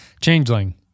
Changeling